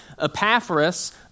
Epaphras